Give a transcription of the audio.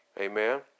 Amen